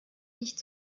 nicht